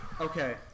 Okay